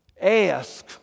ask